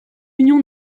union